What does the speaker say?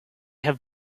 have